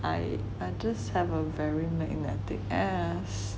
I just have a very magnetic ass